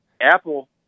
Apple